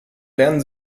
lernen